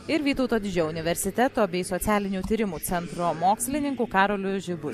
ir vytauto didžiojo universiteto bei socialinių tyrimų centro mokslininku karoliu žibu